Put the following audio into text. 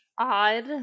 Odd